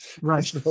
Right